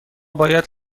باید